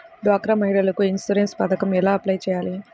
డ్వాక్రా మహిళలకు ఇన్సూరెన్స్ పథకం ఎలా అప్లై చెయ్యాలి?